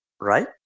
Right